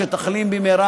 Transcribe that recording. שתחלים במהרה